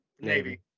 Navy